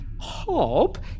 Hob